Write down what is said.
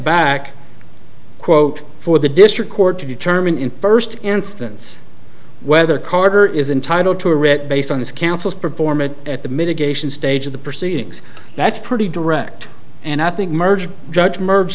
back quote for the district court to determine in first instance whether carter is entitled to a writ based on his counsel's performance at the mitigation stage of the proceedings that's pretty direct and i think merged judge mer